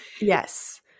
Yes